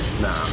nah